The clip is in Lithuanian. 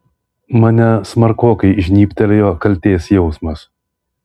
mane smarkokai žnybtelėjo kaltės jausmas